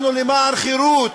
אנחנו למען חירות.